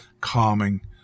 calming